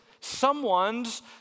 someone's